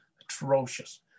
atrocious